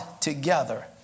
together